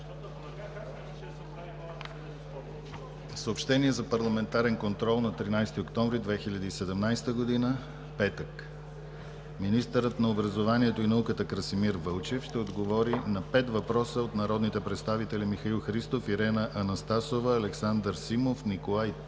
Съобщения за парламентарен контрол на 13 октомври 2017 г., петък: 1. Министърът на образованието и науката Красимир Вълчев ще отговори на пет въпроса от народните представители Михаил Христов, Ирена Анастасова, Александър Симов, Николай Тишев